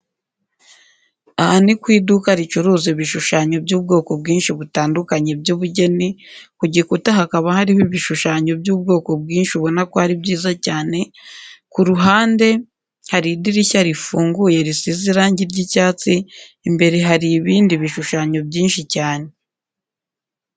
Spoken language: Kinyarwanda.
Aha ni ku iduka ricuruza ibishushanyo by'ubwoko bwinshi bitandukanye by'ubugeni, ku gikuta hakaba hariho ibishushanyo by'ubwoko bwinshi ubona ko ari byiza cyane, ku ruhande hari idirishya rifunguye risize irange ry'icyatsi, imbere hari ibintu bishushanyo byinshi cyane.